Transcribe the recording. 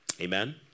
Amen